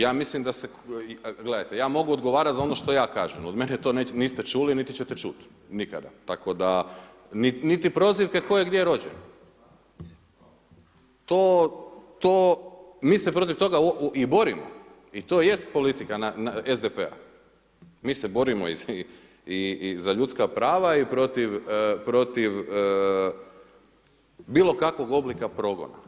Ja mislim da se, gledajte ja mogu odgovarati za ono što ja kažem, od mene to niste čuli, niti ćete čuti, nikada, tako da niti prozivke tko je gdje rođen, to, mi se protiv toga i borimo i to jest politika SDP-a, mi se borimo i za ljudska prava i protiv bilo kakvog oblika progona.